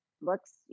looks